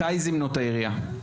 מתי זימנו את העירייה?